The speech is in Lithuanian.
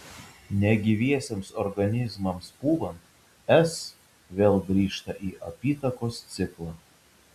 negyviesiems organizmams pūvant s vėl grįžta į apytakos ciklą